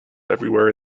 everywhere